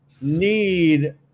need